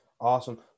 awesome